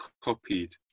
copied